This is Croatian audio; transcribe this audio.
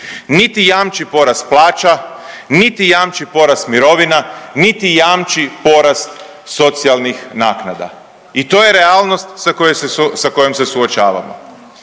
Niti jamči porast plaća, niti jamči porast mirovina, niti jamči porast socijalnih naknada. I to je realnost sa kojom se suočavamo.